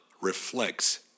reflects